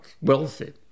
wealthy